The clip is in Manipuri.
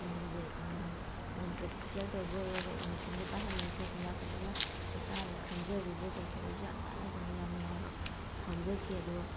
ꯀꯩꯅꯣꯁꯦ ꯄ꯭ꯔꯦꯛꯇꯤꯀꯦꯜ ꯇꯧꯕ ꯑꯣꯏꯔꯣ ꯃꯦꯆꯤꯟꯒ ꯄꯥꯏꯍꯟꯗꯅ ꯈꯣꯠꯇꯅ ꯐꯖꯅ ꯏꯁꯥꯅ ꯈꯟꯖꯔꯨꯔꯤꯗꯨꯒ ꯇꯧꯊꯣꯔꯛꯏꯁꯤꯒ ꯌꯥꯝ ꯆꯥꯅꯖꯅ ꯌꯥꯝ ꯅꯨꯡꯉꯥꯏꯕ ꯐꯥꯎꯖꯈꯤ ꯑꯗꯨꯒ